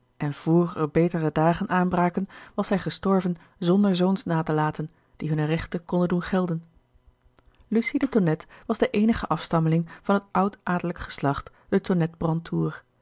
van mevrouw de tonnette aanbraken was hij gestorven zonder zoons na te laten die hunne rechten konden doen gelden lucie de tonnette was de eenige afstammeling van het oud adellijk geslacht de